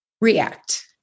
react